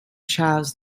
charles